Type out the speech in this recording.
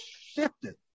shifted